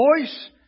voice